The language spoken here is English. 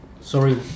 Sorry